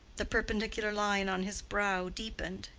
the perpendicular line on his brow deepened,